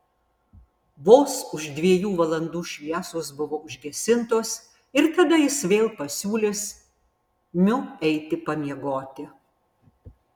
vos už dviejų valandų šviesos bus užgesintos ir tada jis vėl pasiūlys miu eiti pamiegoti